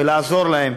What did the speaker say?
לעזור להם.